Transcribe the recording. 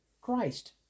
Christ